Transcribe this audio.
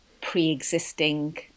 pre-existing